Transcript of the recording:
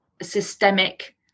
systemic